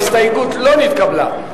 ההסתייגות לא התקבלה.